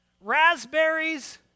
raspberries